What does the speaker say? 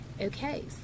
okay